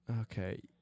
Okay